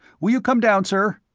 will you come down, sir?